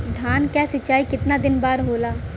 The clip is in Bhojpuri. धान क सिंचाई कितना बार होला?